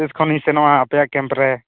ᱛᱤᱥ ᱠᱷᱚᱱᱤᱧ ᱥᱮᱱᱚᱜᱼᱟ ᱟᱯᱮᱭᱟᱜ ᱠᱮᱢᱯ ᱨᱮ